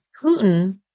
Putin